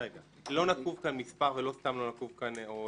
לא נקוב כאן משך זמן ולא סתם לא נקוב כאן משך זמן.